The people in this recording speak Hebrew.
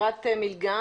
שגם החברה המשותפת תהיה.